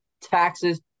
taxes